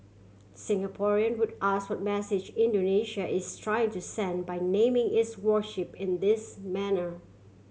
Singaporean would ask what message Indonesia is trying to send by naming its warship in this manner